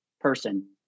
person